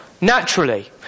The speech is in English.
naturally